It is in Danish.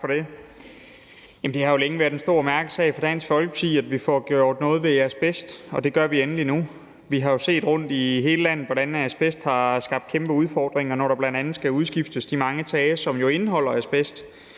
Det har jo længe været en stor mærkesag for Dansk Folkeparti, at vi får gjort noget ved asbest, og det gør vi endelig nu. Vi har jo set rundt i hele landet, hvordan asbest har skabt kæmpe udfordringer, når der bl.a. skal udskiftes de mange tage, som indeholder asbest,